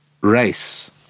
race